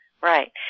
Right